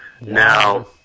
Now